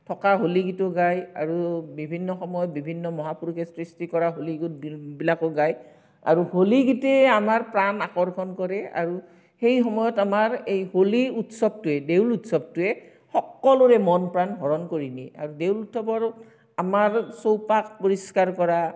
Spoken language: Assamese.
থকা হোলী গীতো গাই আৰু বিভিন্ন সময়ত বিভিন্ন মহাপুুৰুষে সৃষ্টি কৰা হোলী গীতবিলাকো গায় আৰু হোলী গীতেই আমাৰ প্ৰাণ আকৰ্ষণ কৰে আৰু সেই সময়ত আমাৰ এই হোলী উৎসৱটোৱে দেউল উৎসৱটোৱে সকলোৰে মন প্ৰাণ হৰণ কৰি নিয়ে আৰু দেউল উৎসৱৰ আমাৰ চৌপাশ পৰিষ্কাৰ কৰা